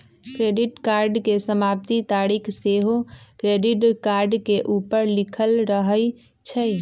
credit card के समाप्ति तारिख सेहो क्रेडिट कार्ड के ऊपर लिखल रहइ छइ